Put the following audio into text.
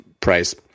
price